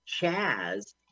Chaz